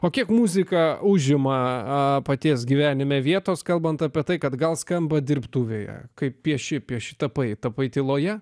o kiek muzika užima paties gyvenime vietos kalbant apie tai kad gal skamba dirbtuvėje kai pieši pieši tapai tapai tyloje